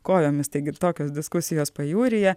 kojomis taigi tokios diskusijos pajūryje